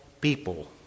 people